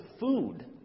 food